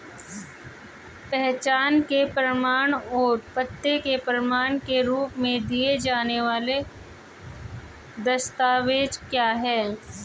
पहचान के प्रमाण और पते के प्रमाण के रूप में दिए जाने वाले दस्तावेज क्या हैं?